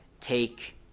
take